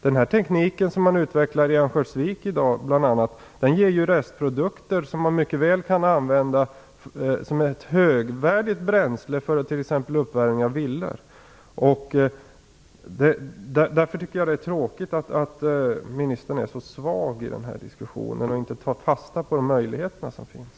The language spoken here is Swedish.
Den teknik som i dag utvecklas i bl.a. Örnsköldsvik ger ju restprodukter som mycket väl kan användas som ett högvärdigt bränsle för t.ex. Därför tycker jag att det är tråkigt att ministern är så svag i den här diskussionen och inte tar fasta på de möjligheter som finns.